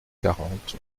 quarante